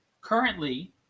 currently